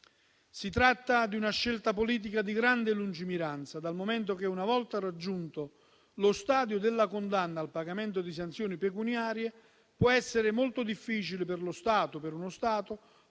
Si tratta di una scelta politica di grande lungimiranza, dal momento che, una volta raggiunto lo stadio della condanna al pagamento di sanzioni pecuniarie, può essere molto difficile per uno Stato porre fine